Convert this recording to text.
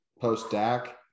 post-DAC